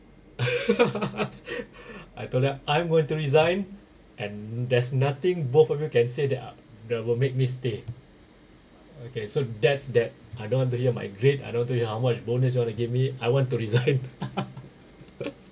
I told them I'm going to resign and there's nothing both of you can say that I that will make me stay okay so that's that I don't want to hear my grade I don't want to hear how much bonus you wanna give me I want to resign